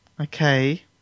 Okay